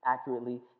accurately